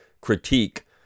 critique